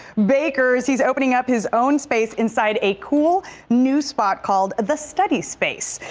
baker's he's opening up his own space inside a cool new spot called the study space.